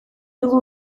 dugu